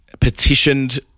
petitioned